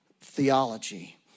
theology